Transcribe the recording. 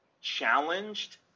challenged